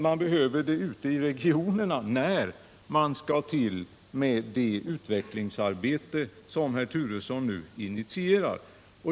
Man behöver det ute i regionerna när man skall ta itu med det utvecklingsarbete som herr Turesson nu initierar.